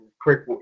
quick